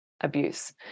abuse